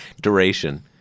duration